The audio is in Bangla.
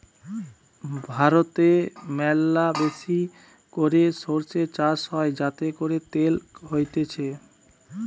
ভারতে ম্যালাবেশি করে সরষে চাষ হয় যাতে করে তেল হতিছে